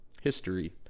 history